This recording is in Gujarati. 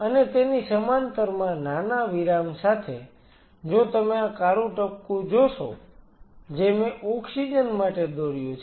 અને તેની સમાંતરમાં નાના વિરામ સાથે જો તમે આ કાળું ટપકું જોશો જે મેં ઓક્સિજન માટે દોર્યું છે